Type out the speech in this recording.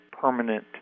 permanent